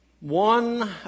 One